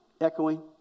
echoing